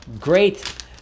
great